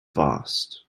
vast